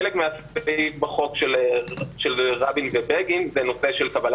חלק מהסעיף בחוק של רבין ובגין זה נושא של קבלה